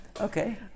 Okay